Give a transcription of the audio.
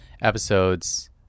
episodes